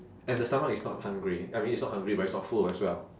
and the stomach is not hungry I mean it's not hungry but it's not full as well